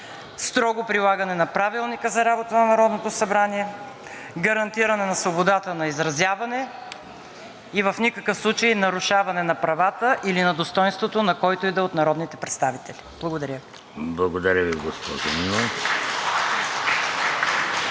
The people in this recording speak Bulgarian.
строго прилагане на Правилника за работата на Народното събрание, гарантиране на свободата на изразяване и в никакъв случай нарушаване на правата или на достойнството на когото и да е от народните представители. Благодаря. (Ръкопляскания